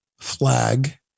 flag